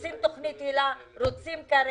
רוצים תוכנית היל"ה, רוצים קרב.